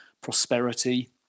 prosperity